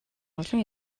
олон